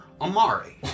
Amari